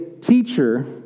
teacher